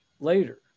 later